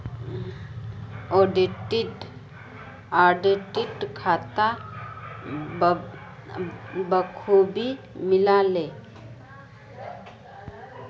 auditor खाता बखूबी मिला ले